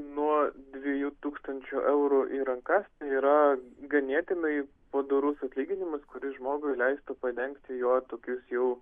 nuo dviejų tūkstančių eurų į rankas yra ganėtinai padorus atlyginimas kuris žmogui leistų padengti jo tokius jau